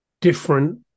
different